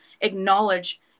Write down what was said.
acknowledge